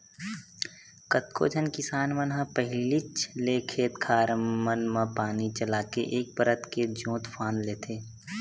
कतको झन किसान मन ह पहिलीच ले खेत खार मन म पानी चलाके एक परत के जोंत फांद लेथे